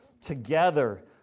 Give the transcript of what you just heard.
together